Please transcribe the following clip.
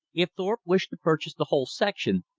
if thorpe wished to purchase the whole section,